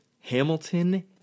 Hamilton